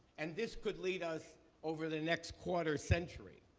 and this could lead us over the next quarter century.